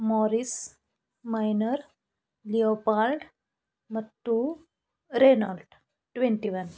Morris minor leopard मट्टू Reynold twenty one